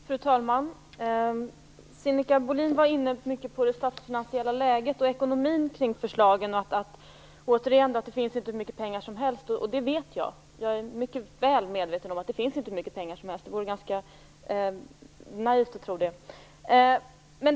Fru talman! Sinikka Bohlin uppehöll sig mycket vid det statsfinansiella läget, ekonomin, i samband med förslagen. Återigen sades att det inte finns hur mycket pengar som helst. Jag är väl medveten om det. Att tro något annat vore ganska naivt.